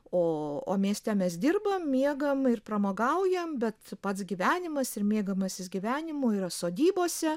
o o mieste mes dirbam miegam ir pramogaujam bet pats gyvenimas ir mėgavimasis gyvenimu yra sodybose